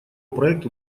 проект